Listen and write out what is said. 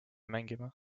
mängima